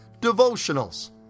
devotionals